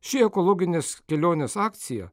ši ekologinės kelionės akcija